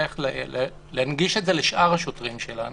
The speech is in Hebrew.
איך להנגיש את זה לשאר השוטרים שלנו.